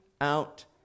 out